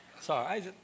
Sorry